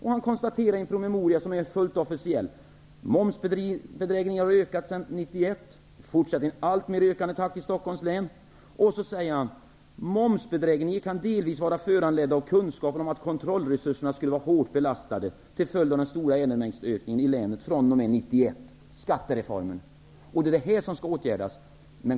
Han konstaterar i en promemoria, som är helt officiell, att momsbedrägerierna har ökat sedan 1991 och fortsätter i alltmer ökad takt i Stockholms län. Han säger vidare: Momsbedrägerierna kan delvis vara föranledda av kunskapen om att kontrollresurserna skulle vara hårt belastade till följd av den stora ärendemängdsökningen i länet fr.o.m. 1991, skattereformen. Detta måste åtgärdas.